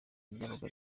ryabaga